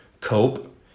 cope